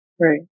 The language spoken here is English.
Right